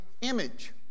image